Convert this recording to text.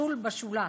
שול בשולה,